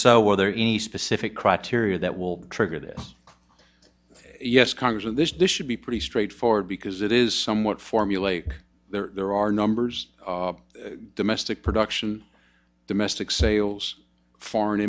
were there any specific criteria that will trigger this yes congress and this this should be pretty straightforward because it is somewhat formulaic there are numbers domestic production domestic sales foreign